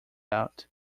out